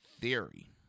theory